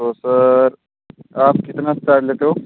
तो सर आप कितना चार्ज लेते हो